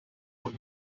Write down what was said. what